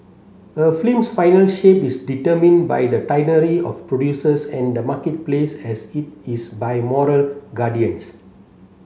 a film's final shape is determined by the tyranny of producers and the marketplace as it is by moral guardians